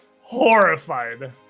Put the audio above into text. horrified